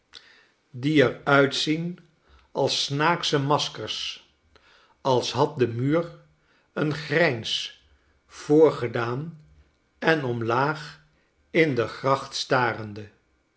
die er uitzien als snaaksche maskers als had de muur een grijns voorgedaan en omlaag in de gracht starende